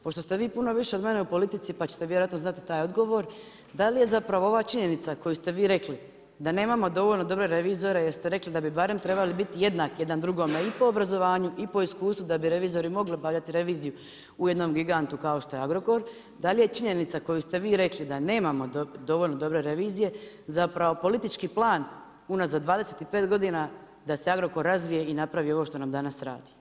Pošto ste vi puno više od mene u politici pa ćete vjerojatno znati taj odgovor, da li je ova činjenica koju ste vi rekli da nemamo dovoljno dobre revizore jer ste rekli da bi barem trebali biti jednaki jedan drugome i po obrazovanju i po iskustvu da bi revizori mogli obavljati reviziju u jednom gigantu kao što je Agrokor, da li je činjenica koju ste vi rekli da nemamo dovoljno dobre revizije politički plan unazad 25 godina da se Agrokor razvije i napravi ovo što nam danas radi?